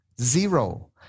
Zero